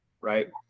right